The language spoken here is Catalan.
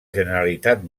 generalitat